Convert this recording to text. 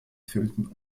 fühlten